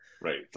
right